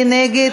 מי נגד?